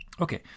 Okay